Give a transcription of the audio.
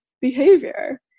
behavior